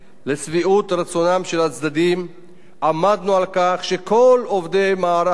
עמדנו על כך שכל עובדי המערך כיום יועברו למערך הארצי,